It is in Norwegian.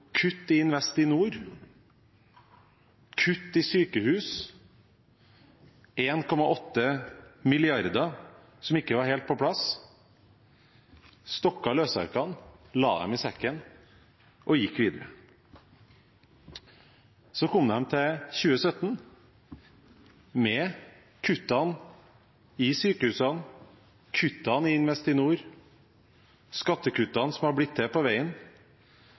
Kutt i Investinor, kutt i sykehus, 1,8 mrd. kr som ikke var helt på plass. De stokket løsarkene og la dem i sekken og gikk videre. Så kom de til 2017 med kuttene i sykehusene, kuttene i Investinor, skattekuttene som hadde blitt til på veien,